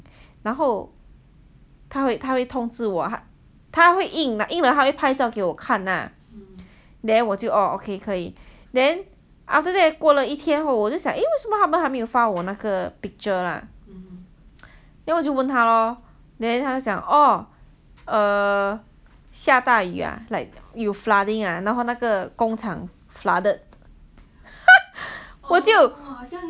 然后他会他会通知我他会印了印了他会拍照给我看那 then 我就 orh okay 可以 then after that 过了一天后我就想 eh 为什么他们还没有发我那个 picture lah then 我就问他 lor then 他讲 orh 下大雨啊 like 有 flooding ah 然后那个工厂 flooded 我就